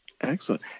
Excellent